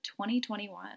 2021